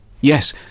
Yes